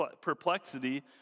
perplexity